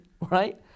right